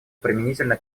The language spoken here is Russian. применительно